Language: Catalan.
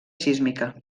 sísmica